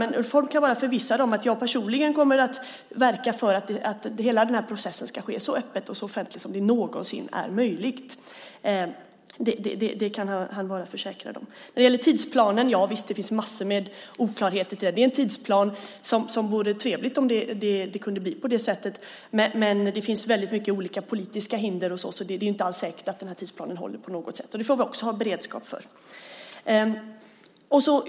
Ulf Holm kan dock vara förvissad om att jag personligen kommer att verka för att hela den här processen ska ske så öppet och så offentligt som det någonsin är möjligt. Det kan han vara försäkrad om. När det gäller tidsplanen finns det massor med oklarheter. Det vore trevligt om det kunde bli så som i tidsplanen, men det finns väldigt mycket olika politiska hinder, så det är inte alls säkert på något sätt att den här tidsplanen håller. Det får vi också ha beredskap för.